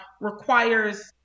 requires